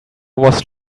was